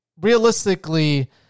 realistically